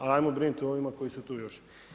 Ali, ajmo brinuti o onima koji su tu još.